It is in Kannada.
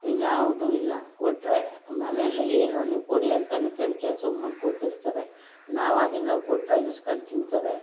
ಇನ್ಯಾವುದು ಇಲ್ಲ ಕೊಟ್ಟರೆ ಮನೆಯಲ್ಲಿ ಏನು ನೀವು ಕೊಡಿ ಅಂತಾನೂ ಕೇಳಿ ಸುಮ್ಮನೆ ಕೂತಿರ್ತಾರೆ ನಾವಾಗಿ ನಾವು ಕೊಟ್ಟರೆ ಈಸ್ಕೊಂಡ್ ತಿಂತಾರೆ